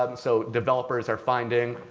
but and so developers are finding,